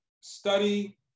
study